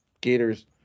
Gators